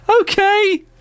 Okay